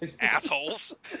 Assholes